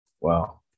wow